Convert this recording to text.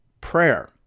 prayer